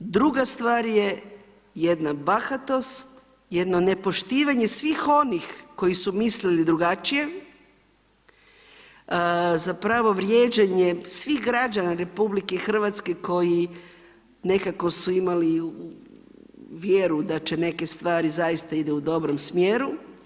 Druga stvar je jedna bahatost, jedno nepoštivanje svih onih koji su mislili drugačije, zapravo vrijeđanje svih građana RH koji nekako su imali vjeru da će neke stvari zaista idu u dobrom smjeru.